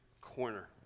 corner